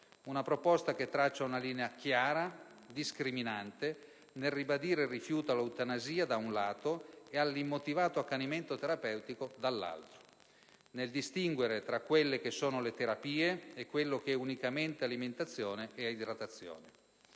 Una proposta che traccia una linea chiara, discriminante, nel ribadire il rifiuto all'eutanasia, da un lato, e all'immotivato accanimento terapeutico dall'altro, nel distinguere tra quelle che sono terapie e ciò che è unicamente alimentazione e idratazione.